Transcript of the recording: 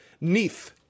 neath